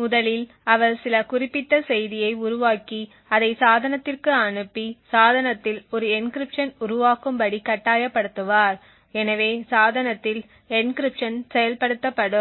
முதலில் அவர் சில குறிப்பிட்ட செய்தியை உருவாக்கி அதை சாதனத்திற்கு அனுப்பி சாதனத்தில் ஒரு என்கிரிப்ஷன் உருவாக்கும்படி கட்டாயப்படுத்துவார் எனவே சாதனத்தில் என்கிரிப்ஷன் செயல்படுத்தப்படும்